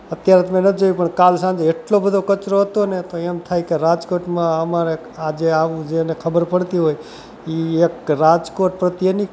અત્યારે તો મેં નથી જોયું પણ કાલ સાંજે એટલો બધો કચરો હતો ને તો એમ થાય કે રાજકોટમાં અમારે આજે આવું જેને ખબર પડતી હોય એ એક રાજકોટ પ્રત્યેની